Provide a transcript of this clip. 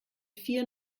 vier